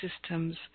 systems